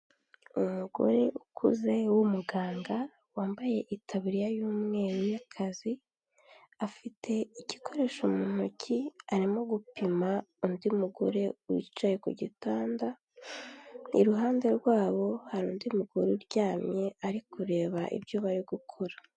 Umugore ukuze w'umuganga wambaye itaburiya y'umweru y'akazi afite igikoresho mu ntoki arimo gupima undi mugore wicaye ku gitanda, iruhande rwabo hari undi mugore uryamye ari kureba ibyo bari gukora.